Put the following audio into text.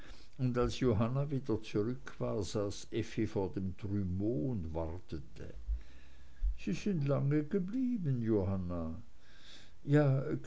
und als johanna wieder zurück war saß effi schon vor dem trumeau und wartete sie sind lange geblieben johanna ja